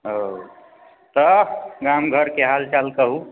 अऽ तऽ गाम घरके हाल चाल कहूँ